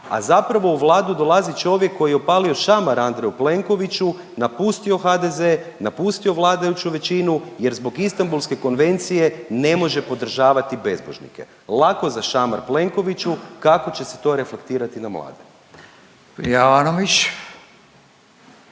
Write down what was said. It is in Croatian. a zapravo u Vladu dolazi čovjek koji je opalio šamar Andreju Plenkoviću, napustio HDZ, napustio vladajuću većinu jer zbog Istanbulske konvencije ne može podržavati bezbožnike. Lako za šamar Plenkoviću, kako će se to reflektirati na mlade?